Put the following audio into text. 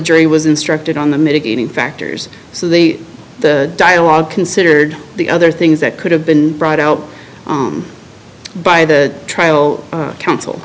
jury was instructed on the mitigating factors so the dialogue considered the other things that could have been brought out by the trial counsel